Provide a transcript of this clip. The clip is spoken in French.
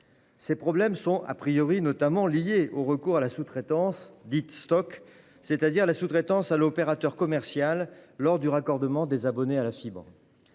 Ces problèmes sont liés au recours à la sous-traitance dite Stoc, c'est-à-dire à la sous-traitance à l'opérateur commercial du raccordement des abonnés à la fibre.